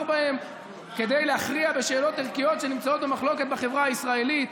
בהם להכריע בשאלות ערכיות שנמצאות במחלוקת בחברה הישראלית.